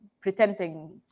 pretending